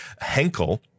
henkel